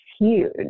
huge